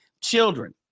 children